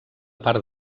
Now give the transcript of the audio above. part